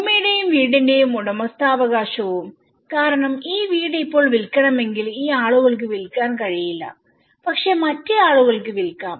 ഭൂമിയുടെയും വീടിന്റെയും ഉടമസ്ഥാവകാശവും കാരണം ഈ വീട് ഇപ്പോൾ വിൽക്കണമെങ്കിൽ ഈ ആളുകൾക്ക് വിൽക്കാൻ കഴിയില്ല പക്ഷേ മറ്റേ ആളുകൾക്ക് വിൽക്കാം